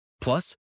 plus